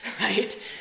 right